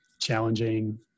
challenging